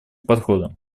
подходом